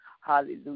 hallelujah